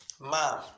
Mom